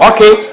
Okay